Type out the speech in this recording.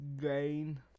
Gain